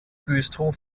güstrow